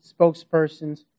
spokespersons